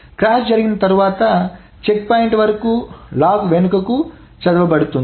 crash జరిగిన తర్వాత checkpoint వరకు లాగ్ వెనుకకు చదవబడుతుంది